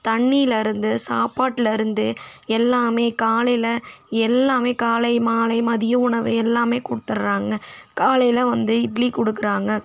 தண்ணியில் இருந்து சாப்பாட்டில் இருந்து எல்லாமே காலையில் எல்லாமே காலை மாலை மதிய உணவு எல்லாமே கொடுத்துட்றாங்க காலையில் வந்து இட்லி கொடுக்குறாங்க